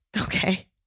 okay